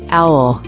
owl